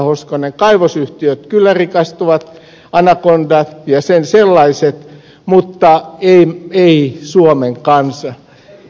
hoskonen kaivosyhtiöt kyllä rikastuvat anacondat ja sen sellaiset mutta ei suomen kansa